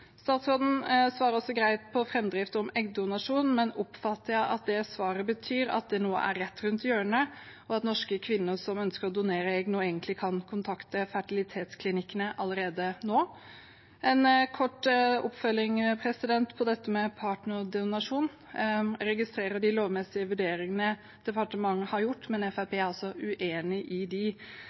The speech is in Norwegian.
Statsråden svarer også greit på framdrift om eggdonasjon, men oppfatter jeg at det svaret betyr at det nå er rett rundt hjørnet, og at norske kvinner som ønsker å donere egg, egentlig kan kontakte fertilitetsklinikkene allerede nå? En kort oppfølging på dette med partnerdonasjon: Jeg registrerer de lovmessige vurderingene departementet har gjort, men Fremskrittspartiet er altså uenig i